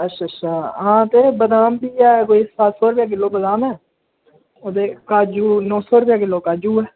अच्छा अच्छा हां ते बदाम बी ऐ कोई सत्त सौ रपेऽ किल्लो बदाम ऐ ओह्दे काजू नौ सौ रपेआ किल्लो काजू ऐ